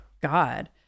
god